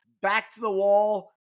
back-to-the-wall